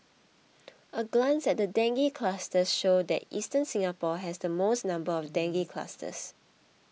a glance at the dengue clusters show that eastern Singapore has the most number of dengue clusters